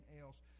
else